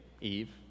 Eve